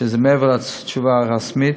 מעבר לתשובה הרשמית.